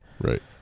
Right